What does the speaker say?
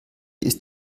ist